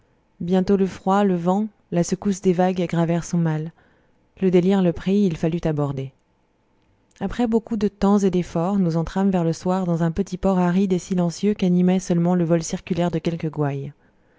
bientôt le froid le vent la secousse des vagues aggravèrent son mal le délire le prit il fallut aborder après beaucoup de temps et d'efforts nous entrâmes vers le soir dans un petit port aride et silencieux qu'animait seulement le vol circulaire de quelques gouailles